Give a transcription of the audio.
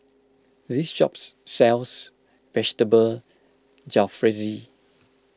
this shop sells Vegetable Jalfrezi